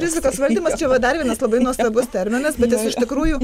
rizikos valdymas čia vat dar vienas labai nuostabus terminas bet jis iš tikrųjų